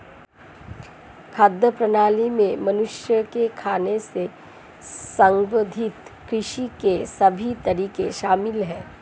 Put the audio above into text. खाद्य प्रणाली में मनुष्य के खाने से संबंधित कृषि के सभी तरीके शामिल है